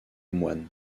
moine